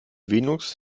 venus